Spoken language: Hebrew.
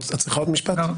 את צריכה עוד משפט?